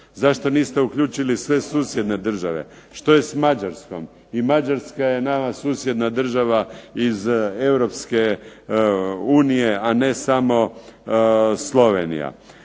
Zašto niste uključili sve susjedne države? Što je s Mađarskom? I Mađarska je nama susjedna država iz Europske unije, a ne samo Slovenija.